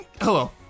Hello